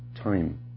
time